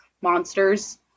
monsters